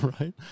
right